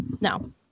No